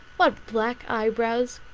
what black eyebrows!